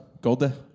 Golda